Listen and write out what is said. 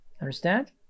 Understand